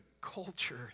culture